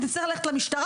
היא תצטרך ללכת למשטרה,